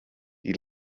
die